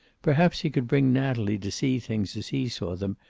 perhaps he could bring natalie to see things as he saw them,